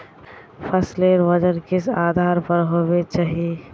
फसलेर वजन किस आधार पर होबे चही?